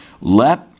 Let